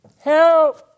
Help